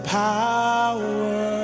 power